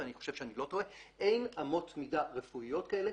ואני חושב שאני לא טועה אין אמות מידה רפואיות כאלה